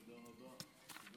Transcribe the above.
תודה רבה.